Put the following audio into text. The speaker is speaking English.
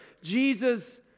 Jesus